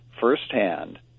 firsthand